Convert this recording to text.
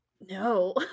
No